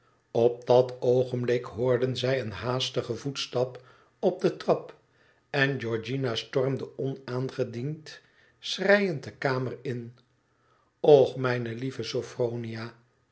op dat oogenblik hoorden zij een haastigen voetstap op de trap en georgiana stormde onaangediend schreiend de kamer in och mijne lieve